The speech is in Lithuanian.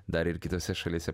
dar ir kitose šalyse